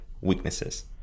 weaknesses